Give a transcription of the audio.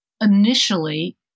initially